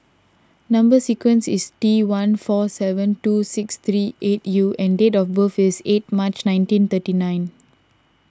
Number Sequence is T one four seven two six three eight U and date of birth is eight March nineteen thirty nine